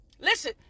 listen